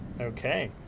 Okay